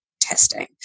testing